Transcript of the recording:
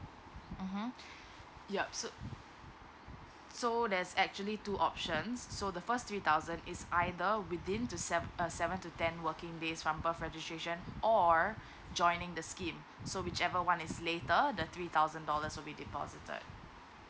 (mmhm） yup so so there's actually two options so the first three thousand is either within to sev~ uh seven to ten working days from birth registration or joining the scheme so whichever one is later the three thousand dollars will be deposited